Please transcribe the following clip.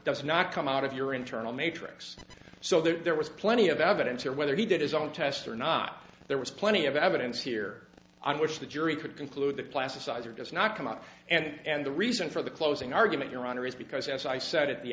does not come out of your internal matrix so there was plenty of evidence here whether he did his own test or not there was plenty of evidence here on which the jury could conclude the plasticizer does not come up and the reason for the closing argument your honor is because as i said at the